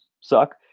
suck